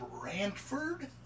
Brantford